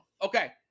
Okay